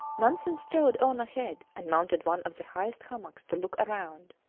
nansen strode on ahead and mounted one of the highest hummocks to look around.